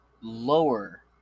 lower